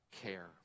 care